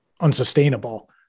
unsustainable